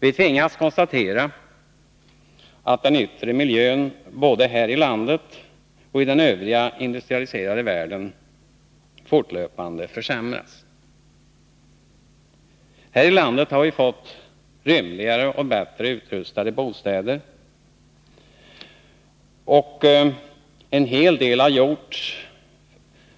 Vi tvingas konstatera att den yttre miljön både här i landet och i den Övriga industrialiserade världen fortlöpande försämras. Här i landet har vi fått rymligare och bättre utrustade bostäder, och en hel del har gjorts